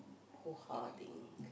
Hoohah thing